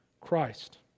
Christ